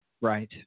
Right